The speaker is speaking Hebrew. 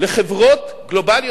לחברות גלובליות,